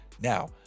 Now